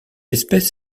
espèce